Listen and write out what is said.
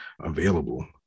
available